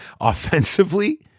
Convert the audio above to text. offensively